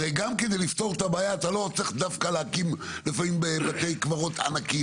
הרי גם כדי לפתור את הבעיה אתה לא צריך דווקא להקים בתי קברות ענקיים.